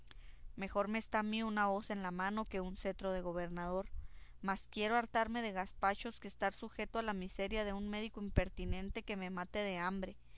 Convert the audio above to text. mejor me está a mí una hoz en la mano que un cetro de gobernador más quiero hartarme de gazpachos que estar sujeto a la miseria de un médico impertinente que me mate de hambre